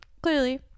clearly